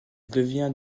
devient